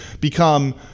become